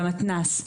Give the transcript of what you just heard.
במתנ"ס,